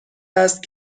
است